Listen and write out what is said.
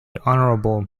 honorable